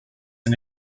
and